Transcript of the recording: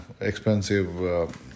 expensive